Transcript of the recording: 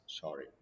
sorry